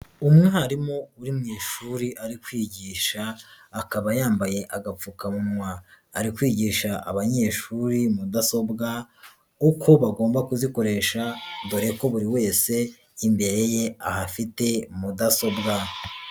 Umwarimu uri mu ishuri ari kwigisha, akaba yambaye agapfukamunwa, ari kwigisha abanyeshuri mudasobwa uko bagomba kuzikoresha dore ko buri wese, imbere ye ahafite mudasobwa.